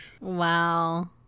wow